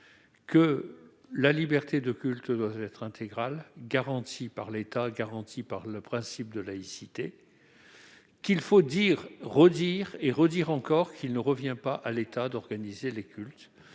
que la liberté de culte doit être intégrale, garantie par l'État et par le principe de laïcité. Il faut dire, redire et redire encore qu'il ne revient pas à l'État d'organiser les cultes,